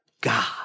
God